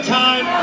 time